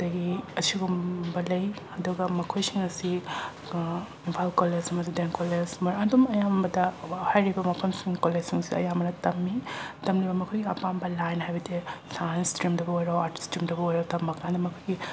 ꯑꯗꯒꯤ ꯑꯁꯤꯒꯨꯝꯕ ꯂꯩ ꯑꯗꯨꯒ ꯃꯈꯣꯏꯁꯤꯡ ꯑꯁꯤ ꯏꯝꯐꯥꯜ ꯀꯣꯂꯦꯖ ꯑꯃꯗꯤ ꯗꯤ ꯑꯦꯝ ꯀꯣꯂꯦꯖ ꯃꯔꯛ ꯑꯗꯨꯝ ꯑꯌꯥꯝꯕꯗ ꯍꯥꯏꯔꯤꯕ ꯃꯐꯝꯁꯤꯡ ꯀꯣꯂꯦꯖꯁꯤꯡꯁꯤ ꯑꯌꯥꯝꯕꯅ ꯇꯝꯃꯤ ꯇꯝꯂꯤꯕ ꯃꯈꯣꯏꯒꯤ ꯑꯄꯥꯝꯕ ꯂꯥꯏꯟ ꯍꯥꯏꯕꯗꯤ ꯁꯥꯏꯟꯁ ꯁ꯭ꯇ꯭ꯔꯤꯝꯗꯕꯨ ꯑꯣꯏꯔꯣ ꯑꯥꯔꯠꯁ ꯁ꯭ꯇ꯭ꯔꯤꯝꯗꯕꯨ ꯑꯣꯏꯔꯣ ꯇꯝꯃ ꯀꯥꯟꯗ ꯃꯈꯣꯏꯒꯤ